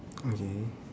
okay